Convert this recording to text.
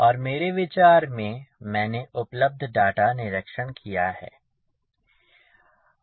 और मेरे विचार में मैंने उपलब्ध डाटा निरीक्षण किया है